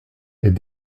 est